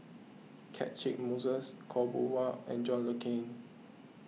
Catchick Moses Khaw Boon Wan and John Le Cain